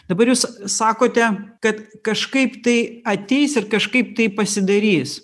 dabar jūs sakote kad kažkaip tai ateis ir kažkaip tai pasidarys